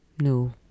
no